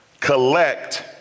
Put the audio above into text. collect